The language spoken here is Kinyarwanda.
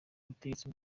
ubutegetsi